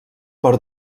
per